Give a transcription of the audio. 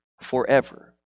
forever